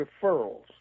referrals